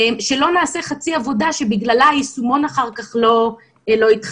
שלא נעשה חצי עבודה שבגללה היישומון אחר כך לא יתחמם.